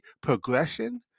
progression